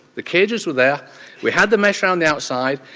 the cages were there we had the mesh around the outside.